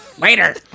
Later